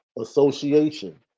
association